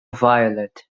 violet